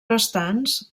restants